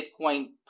Bitcoin